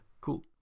Cool